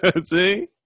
see